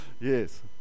Yes